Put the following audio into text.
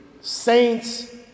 saints